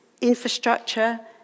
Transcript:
infrastructure